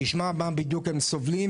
תשמע מה בדיוק הם סובלים,